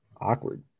Awkward